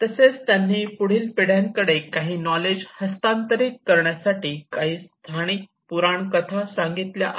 तसेच त्यांनी पुढील पिढ्यांकडे काही नॉलेज हस्तांतरित करण्यासाठी काही स्थानिक पुराणकथा आहेत